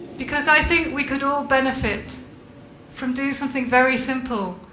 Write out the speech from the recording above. because i think we could all benefit from doing something very simple,